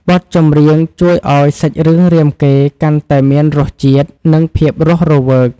បទចម្រៀងជួយឱ្យសាច់រឿងរាមកេរ្តិ៍កាន់តែមានរសជាតិ និងភាពរស់រវើក។